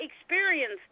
experience